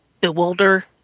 bewilder